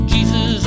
Jesus